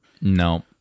no